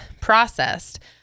processed